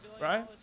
right